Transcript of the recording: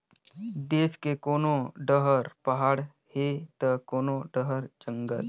देस के कोनो डहर पहाड़ हे त कोनो डहर जंगल